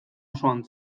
osoan